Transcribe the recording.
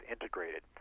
integrated